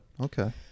Okay